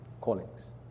callings